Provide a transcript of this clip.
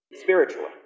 spiritually